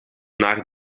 naar